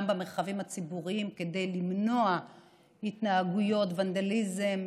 במרחבים הציבוריים כדי למנוע התנהגויות של ונדליזם,